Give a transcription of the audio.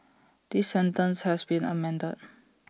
this sentence has been amended